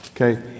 Okay